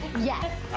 yes.